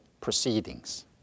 proceedings